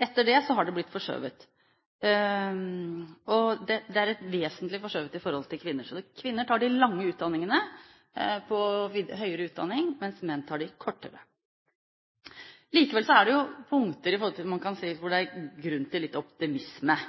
Etter det har den blitt vesentlig forskjøvet til fordel for kvinner. Kvinner tar de lange utdanningene innen høyere utdanning, mens menn tar de korte. Likevel er det punkter hvor det